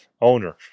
owner